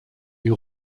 die